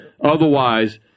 Otherwise